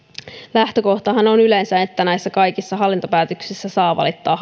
lähtökohtahan on yleensä että näissä kaikissa hallintopäätöksissä saa valittaa